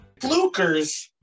Flukers